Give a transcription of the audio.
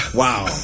wow